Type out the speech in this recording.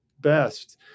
best